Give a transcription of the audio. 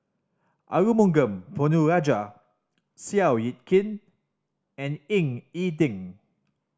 Arumugam Ponnu Rajah Seow Yit Kin and Ying E Ding